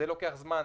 זה לוקח זמן.